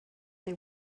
they